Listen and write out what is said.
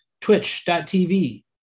twitch.tv